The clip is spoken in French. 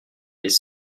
les